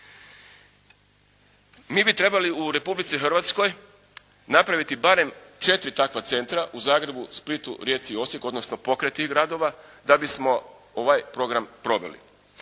Mi bi trebali u Republici Hrvatskoj napraviti barem četiri takva centra u Zagrebu, Splitu, Rijeci i Osijeku odnosno pokraj tih gradova da bismo ovaj program proveli.